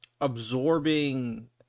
absorbing